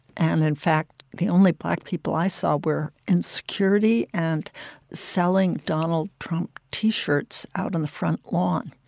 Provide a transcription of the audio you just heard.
and, in fact, the only black people i saw were in security and selling donald trump t-shirts out on the front lawn.